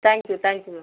thank you தேங்க்யூங்க